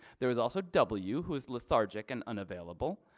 there was also w who is lethargic and unavailable,